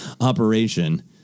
operation